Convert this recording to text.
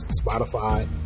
Spotify